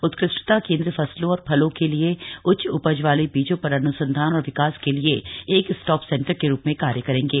उत्कृष्टता केंद्र फसलों और फलों के लिए उच्च उपज वाले बीजों पर अन्संधान और विकास के लिए एक स्टॉप सेंटर के रूप में कार्य करेंगे